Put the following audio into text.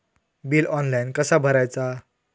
Bill online कसा भरायचा?